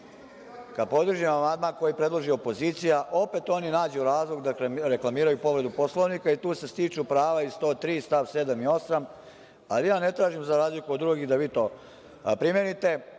kad podržim amandman koji predloži opozicija. Opet oni nađu razlog da reklamiraju povredu Poslovnika i tu se stiču prava i 103. i st. 7. i 8, ali ja ne tražim, za razliku od drugih, da vi to primenite.